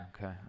Okay